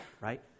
right